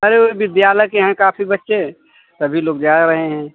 अरे वही विद्यालय के हैं काफी बच्चे सभी लोग जा रहे हैं